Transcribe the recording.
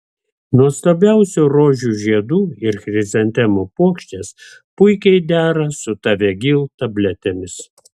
nuostabiausių rožių žiedų ir chrizantemų puokštės puikiai dera su tavegyl tabletėmis